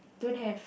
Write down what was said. don't have